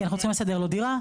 כי אנחנו צריכים לסדר לו דירה,